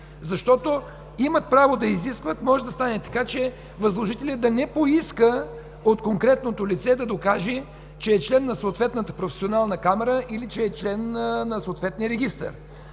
израза „имат право да изискват” може да стане така, че възложителят да не поиска от конкретното лице да докаже, че член на съответната професионална камара или е член на съответния регистър.